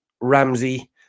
Ramsey